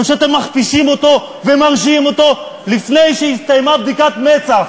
כשאתם מכפישים אותו ומרשיעים אותו לפני שהסתיימה בדיקת מצ"ח.